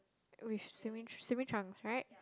which swimming swimming trunks right